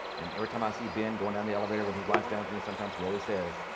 and every time i see ben going down the elevator when he rides down with me sometimes he always says,